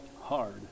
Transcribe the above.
hard